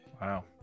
Wow